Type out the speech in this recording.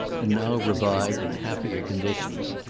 and now revived in happier conditions.